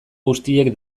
guztiek